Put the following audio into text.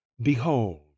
Behold